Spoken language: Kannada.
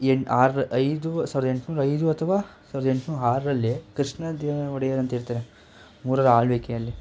ಎಂಟು ಆರು ಐದು ಸಾವಿರದ ಎಂಟ್ನೂರ ಐದು ಅಥವಾ ಸಾವಿರದ ಎಂಟ್ನೂರ ಆರರಲ್ಲಿ ಕೃಷ್ಣದೇವ ಒಡೆಯರ್ ಅಂತಿರ್ತಾರೆ ಅವರ ಆಳ್ವಿಕೆಯಲ್ಲಿ